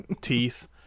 teeth